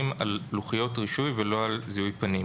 על לוחיות רישוי ולא על זיהוי פנים.